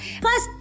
plus